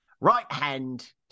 right-hand